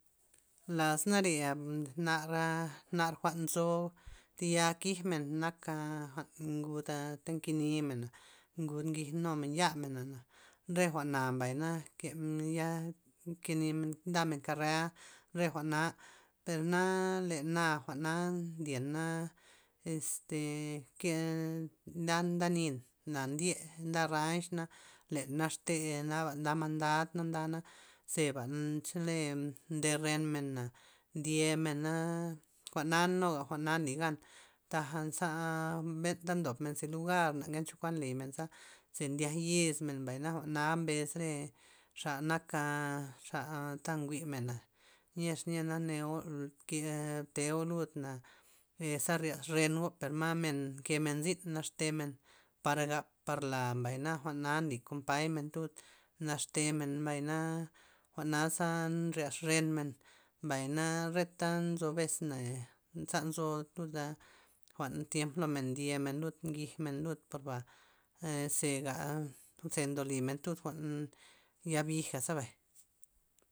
Las nare' nn- nara nar jwa'n nzo tyal kigmen naka jwa'n nguda ta nkenimena ngud ngij numen ya mena'na re jwa'na mbay na kemen ya, nke nimen ndamen kare'a re jwa'na, per na le na jwa'na ndyena este ke na ndanin, na ndye nda ranch'na, len naxte naba ndan man ndand'na zeba chole nde ren mena ndye mena jwa'na nuga jwa'na nly gan taga nzaa mbenta ndobmen zi lugar na ngencho kuan limen za ze ndyak yis men mbay na jwa'na mbes re xa naka xa nta jwi' mena, nyexa nyena neo blo teo lud na ze ryax reno per ma men nkemen zyn naxtemen para gap par la mbay na jwa'na nly kompaymen lud naxtemen mbay na jwa'na za nryax renmen, mbay na reta nzo bes za nzo lad jwa'n tiemp lomen ndyemen lud ngij men lud par ba zega ze ndolimen lud jwa'n yabiga za mbay.